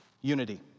Unity